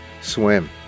swim